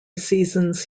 seasons